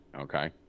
Okay